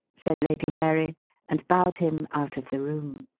said lady mary and bowed him out of the room.